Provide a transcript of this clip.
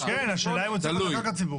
כן, השאלה אם הוא צריך להיות על קרקע ציבורית.